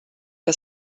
que